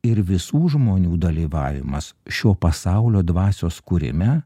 ir visų žmonių dalyvavimas šio pasaulio dvasios kūrime